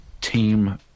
team